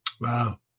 Wow